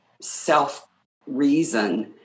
self-reason